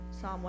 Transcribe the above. Psalm